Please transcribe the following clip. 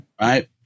Right